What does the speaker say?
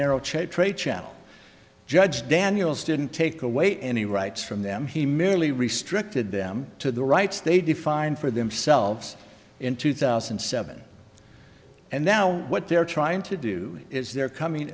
narrow chait trade channel judge daniels didn't take away any rights from them he merely restricted them to the rights they defined for themselves in two thousand and seven and now what they're trying to do is they're coming